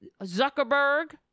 Zuckerberg